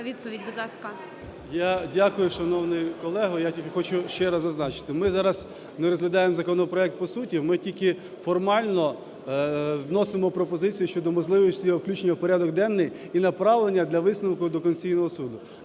Я дякую, шановний колего, я тільки хочу ще раз зазначити. Ми зараз не розглядаємо законопроект по суті, ми тільки формально вносимо пропозицію щодо можливості його включення в порядок денний і направлення для висновку до Конституційного Суду.